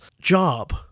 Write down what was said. job